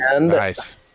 Nice